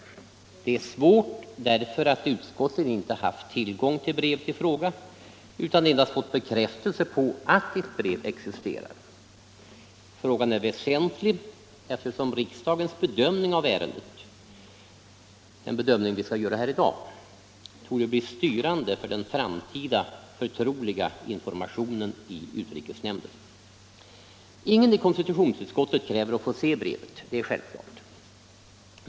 Frågan är svår därför att utskottet inte har haft tillgång till brevet i fråga utan endast fått bekräftelse på att ett brev existerar. Den är väsentlig eftersom riksdagens bedömning av ärendet, den som vi skall göra här i dag, torde bli styrande för den framtida förtroliga informationen i utrikesnämnden. Ingen i konstitutionsutskottet kräver att få se brevet, det är självklart.